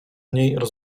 mniej